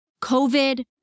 COVID